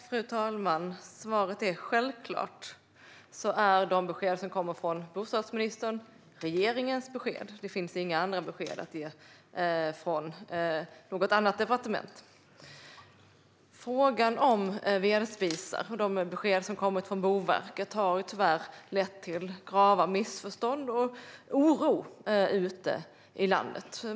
Fru talman! Svaret är att självklart är de besked som kommer från bostadsministern regeringens besked. Det finns inga andra besked att ge från något annat departement. De besked som har kommit från Boverket om vedspisar har tyvärr lett till grava missförstånd och oro ute i landet.